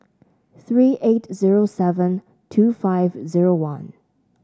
three eight zero seven two five zero one